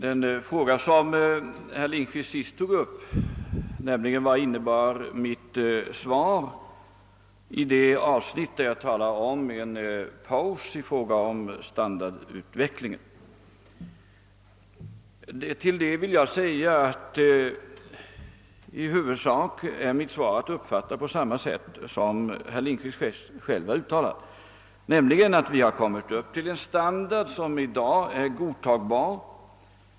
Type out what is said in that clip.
Herr talman! Herr Lindkvist tog sist upp frågan vad mitt svar innebär i det avsnitt som handlar om en paus i fråga om standardutvecklingen. Mitt svar är i huvudsak att uppfatta på just det sätt som herr Lindkvist själv antytt, nämligen att vi kommit upp till en standard som i dag är godtagbar.